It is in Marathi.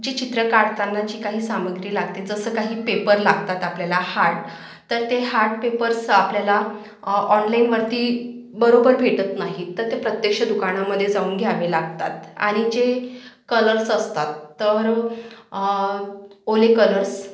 जे चित्र काढताना जी काही सामग्री लागते जसं काही पेपर लागतात आपल्याला हाट तर ते हाट पेपर्स आपल्याला ऑणलाईनवरती बरोबर भेटत नाही तर ते प्रत्यक्ष दुकानामध्ये जाऊन घ्यावे लागतात आणि जे कलर्स असतात तर ओले कलर्स